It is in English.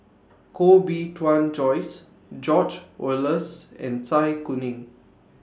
Koh Bee Tuan Joyce George Oehlers and Zai Kuning